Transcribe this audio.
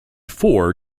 four